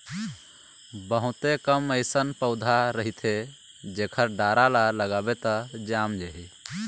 बहुते कम अइसन पउधा रहिथे जेखर डारा ल लगाबे त जाम जाही